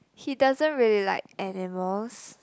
he doesn't really like animals